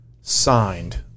signed